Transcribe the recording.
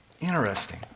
interesting